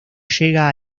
llega